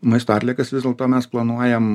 maisto atliekas vis dėlto mes planuojam